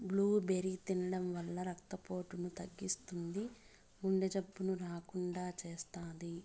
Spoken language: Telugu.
బ్లూబెర్రీ తినడం వల్ల రక్త పోటును తగ్గిస్తుంది, గుండె జబ్బులు రాకుండా చేస్తాది